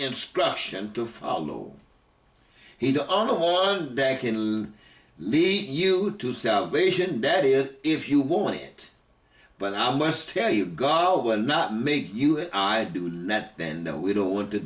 instruction to follow he's the only one that can lead you to salvation that is if you want it but i must tell you god will not make you and i do that then no we don't want to